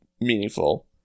meaningful